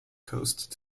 coast